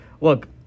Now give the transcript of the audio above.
look